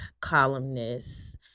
columnists